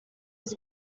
was